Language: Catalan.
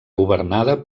governada